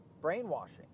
brainwashing